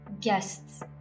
Guests